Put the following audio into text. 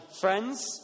friends